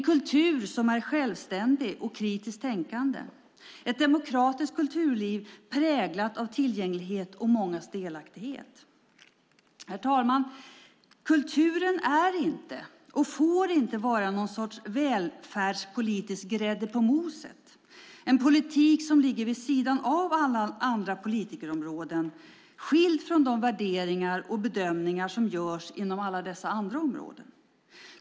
Kulturen ska vara självständig och kritiskt tänkande, och ett demokratiserat kulturliv ska präglas av tillgänglighet och mångas delaktighet. Herr talman! Kulturen är inte, och får inte vara, någon sorts välfärdspolitiskt grädde på moset. Det får inte vara en politik som ligger vid sidan av alla andra politikområden skild från de värderingar och bedömningar som görs inom alla dessa andra områden.